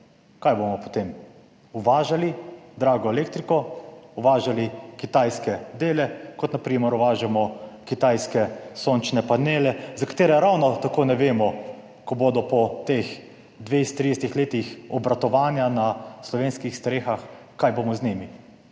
Kaj bomo potem? Uvažali drago elektriko, uvažali kitajske dele, kot na primer uvažamo kitajske sončne panele, za katere ravno tako ne vemo, ko bodo po teh 20, 30 letih obratovanja na slovenskih strehah, kaj bomo z njimi.